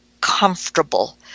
comfortable